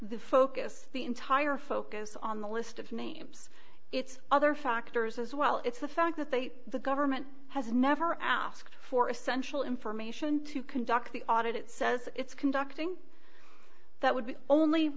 the focus the entire focus on the list of names it's other factors as well it's the fact that they the government has never asked for essential information to conduct the audit it says it's conducting that would only